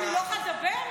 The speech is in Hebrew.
אני לא יכולה לדבר?